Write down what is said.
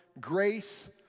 Grace